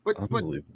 Unbelievable